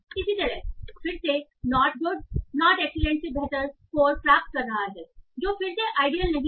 इसी तरह फिर से नॉट गुड नॉट एक्सीलेंट से बेहतर स्कोर प्राप्त कर रहा है जो फिर से आइडियल नहीं है